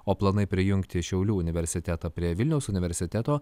o planai prijungti šiaulių universitetą prie vilniaus universiteto